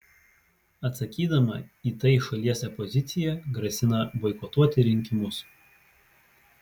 atsakydama į tai šalies opozicija grasina boikotuoti rinkimus